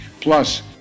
plus